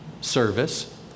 service